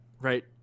right